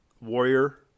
warrior